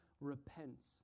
repents